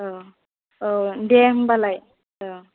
औ औ दे होम्बालाय औ